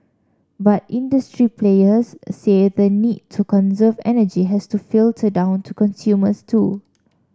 but industry players say the need to conserve energy has to filter down to consumers too